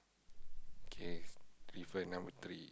okay different number three